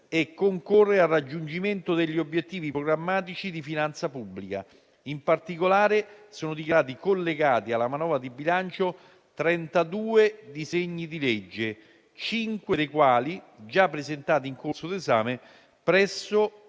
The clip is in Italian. e concorre al raggiungimento degli obiettivi programmatici di finanza pubblica. In particolare, sono dichiarati collegati alla manovra di bilancio 32 disegni di legge, cinque dei quali già presentati e in corso d'esame presso